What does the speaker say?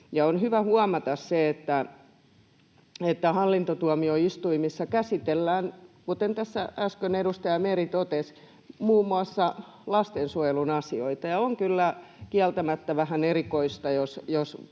On hyvä huomata se, että hallintotuomioistuimissa käsitellään, kuten tässä äsken edustaja Meri totesi, muun muassa lastensuojelun asioita, ja on kyllä kieltämättä vähän erikoista,